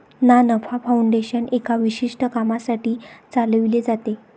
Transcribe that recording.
ना नफा फाउंडेशन एका विशिष्ट कामासाठी चालविले जाते